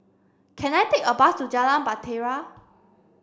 can I take a bus to Jalan Bahtera